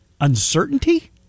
uncertainty